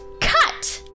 cut